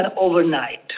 overnight